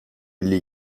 elli